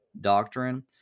doctrine